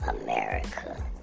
America